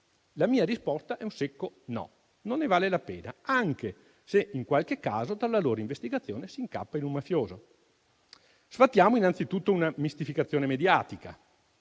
La mia risposta è un secco no, non ne vale la pena, anche se in qualche caso dalla loro investigazione si incappa in un mafioso. Sfatiamo innanzitutto una mistificazione mediatica: